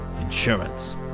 Insurance